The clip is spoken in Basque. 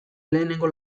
lehenengo